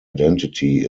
identity